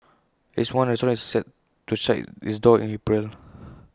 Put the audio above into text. least one restaurant is set to shut its doors in April